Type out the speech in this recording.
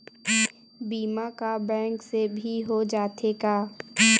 बीमा का बैंक से भी हो जाथे का?